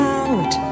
out